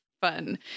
fun